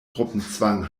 gruppenzwang